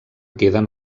queden